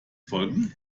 folgen